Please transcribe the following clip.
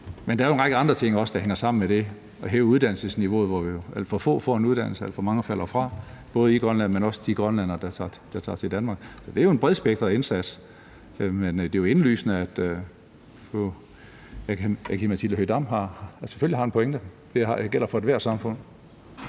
Men der er jo en række andre ting, der hænger sammen med det, herunder uddannelsesniveauet, hvor alt for få får en uddannelse, og hvor alt for mange falder fra, både i Grønland, men også blandt de grønlændere, der tager til Danmark. Det er jo en bredspektret indsats, der skal til, men det er jo selvfølgelig indlysende, at fru Aki-Matilda Høegh-Dam har en pointe. Det gælder for ethvert samfund.